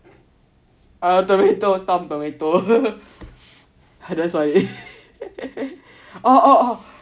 tomato tom tom tomato that's funny